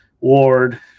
Ward